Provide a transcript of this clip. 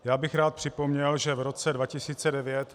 Já bych rád připomněl, že v roce 2009